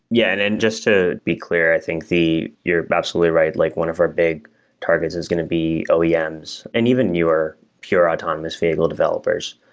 yeah, and and just to be clear, i think you're absolutely right. like one of our big targets is going to be oems, and even newer pure autonomous vehicle developers.